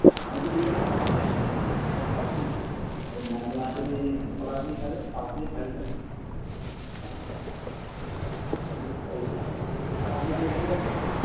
আচ্ছা আমাদের তো মেনটা হাওড়ায় বিশাল পাইকিরি ওই মঙ্গলা হাটে ওই তলা দিয়ে যাবেন পাশ দিয়ে সাইডে আচ্ছা আচ্ছা ওই যে ওই সাত নাম্বার গলি আছে হ্যাঁ